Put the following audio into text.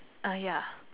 ah ya